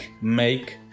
make